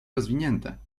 rozwinięte